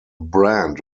brand